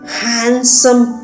handsome